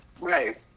Right